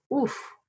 oof